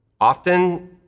Often